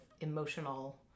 emotional